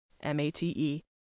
M-A-T-E